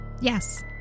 Yes